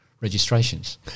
registrations